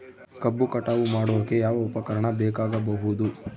ಕಬ್ಬು ಕಟಾವು ಮಾಡೋಕೆ ಯಾವ ಉಪಕರಣ ಬೇಕಾಗಬಹುದು?